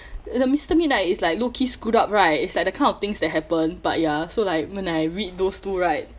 the mister midnight is like low key screwed up right it's like the kind of things that happen but ya so like when I read those two right